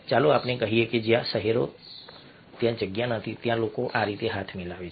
ચાલો આપણે કહીએ કે જે શહેરો ત્યાં જગ્યા નથી ત્યાં લોકો આ રીતે હાથ મિલાવે છે